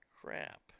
Crap